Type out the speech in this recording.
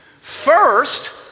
First